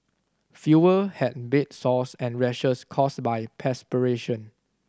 fewer have bed sores and rashes caused by perspiration